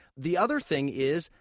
the other thing is,